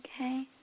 Okay